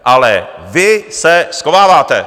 Ale vy se schováváte.